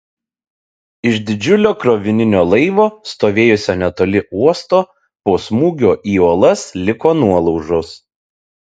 iš didžiulio krovininio laivo stovėjusio netoli uosto po smūgio į uolas liko nuolaužos